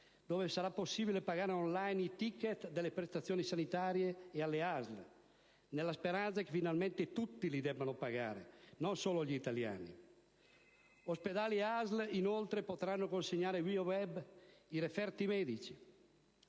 dove sarà possibile pagare *on line* i *ticket* delle prestazioni sanitarie alle ASL, nella speranza che finalmente tutti li debbano pagare e non solo gli italiani. Ospedali e ASL, inoltre, potranno consegnare via *web* i referti medici.